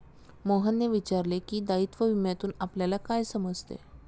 मोहनने विचारले की, दायित्व विम्यातून आपल्याला काय समजते?